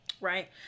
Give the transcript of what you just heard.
right